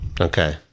okay